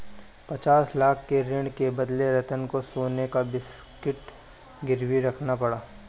पचास लाख के ऋण के बदले रतन को सोने का बिस्कुट गिरवी रखना पड़ा